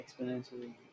exponentially